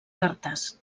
cartes